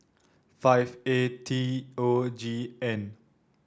five A T O G N